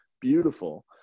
beautiful